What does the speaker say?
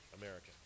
American